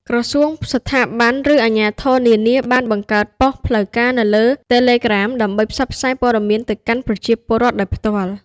ក្រសួង ស្ថាប័ន ឬអាជ្ញាធរនានាបាន បង្កើតប៉ុស្តិ៍ផ្លូវការ នៅលើ Telegram ដើម្បីផ្សព្វផ្សាយព័ត៌មានទៅកាន់ប្រជាពលរដ្ឋដោយផ្ទាល់។